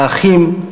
האחים,